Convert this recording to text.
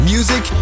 Music